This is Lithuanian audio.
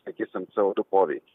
sakysim co du poveikį